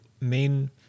main